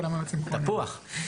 תפוח.